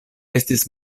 estis